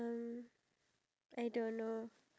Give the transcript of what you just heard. no we won't